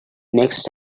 next